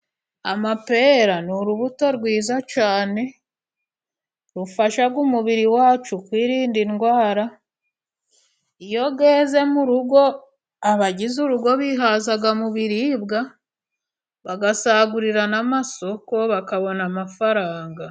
Amapera ni urubuto rwiza cyane ,rufasha umubiri wacu kwirinda indwara ,iyo yeze mu rugo, abagize urugo bihaza mu biribwa bagasagurira n'amasoko bakabona amafaranga.